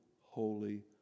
holy